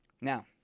Now